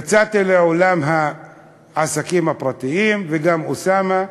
יצאתי לעולם העסקים הפרטיים, וגם אוסאמה,